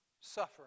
suffering